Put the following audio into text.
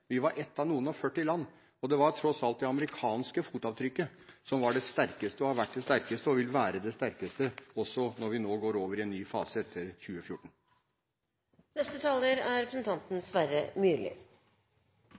Vi var ett av noen og førti land, og det var tross alt det amerikanske fotavtrykket som var det sterkeste, som har vært det sterkeste, og som vil være det sterkeste også når vi nå går over i en ny fase etter